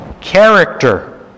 character